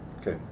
Okay